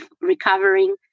recovering